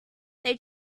they